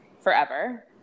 forever